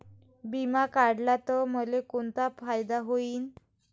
बिमा काढला त मले कोनचा फायदा होईन?